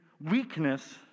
weakness